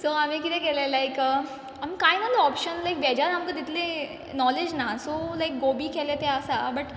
so आमी कितें केलें लायक आम कांय नाल्हें ऑप्शन लायक वॅजान आमक तितली नॉलेज ना सो लायक गोबी केलें तें आसा बट